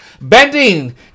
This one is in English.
Bending